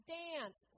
dance